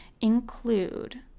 include